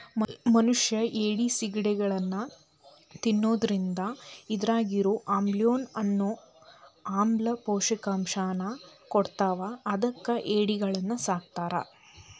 ಮನಷ್ಯಾ ಏಡಿ, ಸಿಗಡಿಗಳನ್ನ ತಿನ್ನೋದ್ರಿಂದ ಇದ್ರಾಗಿರೋ ಅಮೈನೋ ಅನ್ನೋ ಆಮ್ಲ ಪೌಷ್ಟಿಕಾಂಶವನ್ನ ಕೊಡ್ತಾವ ಅದಕ್ಕ ಏಡಿಗಳನ್ನ ಸಾಕ್ತಾರ